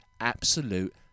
absolute